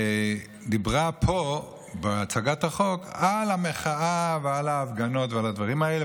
דיברה פה בהצגת החוק על המחאה ועל ההפגנות ועל הדברים האלה,